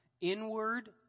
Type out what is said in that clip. inward